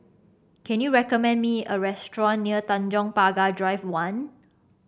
can you recommend me a restaurant near Tanjong Pagar Drive One